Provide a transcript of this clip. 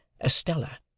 Estella